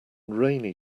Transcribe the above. rainy